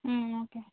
okay